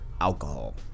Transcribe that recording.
alcohol